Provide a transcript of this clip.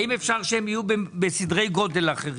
האם אפשר שהם יהיו בסדרי גודל אחר?